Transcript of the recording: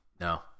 No